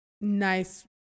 nice